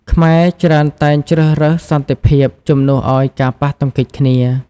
ខ្មែរច្រើនតែងជ្រើសរើសសន្តិភាពជំនួសឲ្យការប៉ះទង្គិចគ្នា។